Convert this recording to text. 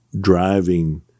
driving